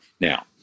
Now